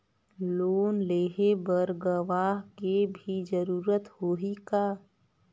Loan लेहे बर गवाह के भी जरूरत होही का?